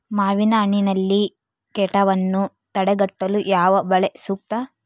ಮಾವಿನಹಣ್ಣಿನಲ್ಲಿ ಕೇಟವನ್ನು ತಡೆಗಟ್ಟಲು ಯಾವ ಬಲೆ ಸೂಕ್ತ?